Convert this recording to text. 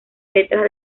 letras